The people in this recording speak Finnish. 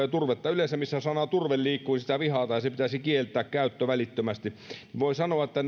ja turvetta yleensä missä sana turve liikkuu vihataan ja niiden käyttö pitäisi kieltää välittömästi niin voin sanoa että